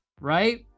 right